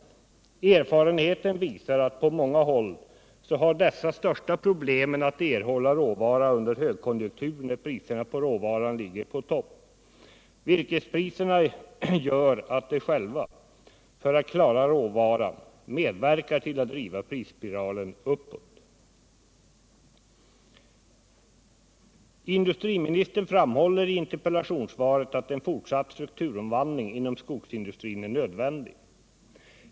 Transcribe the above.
3 april 1978 Erfarenheten visar att dessa på många håll har de största problemen att erhålla råvara under högkonjunkturår när priserna på råvaran ligger på topp. Virkesbristen gör att de själva — för att klara råvaran — medverkar till att driva prisspiralen uppåt. Industriministern framhåller i interpellationssvaret att en fortsatt strukturomvandling inom skogsindustrin är nödvändig.